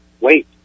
wait